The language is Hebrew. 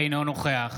אינו נוכח